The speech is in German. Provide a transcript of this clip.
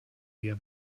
mehr